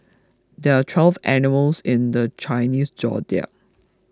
there are twelve animals in the Chinese zodiac